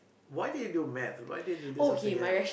what did you do maths why didn't you do something else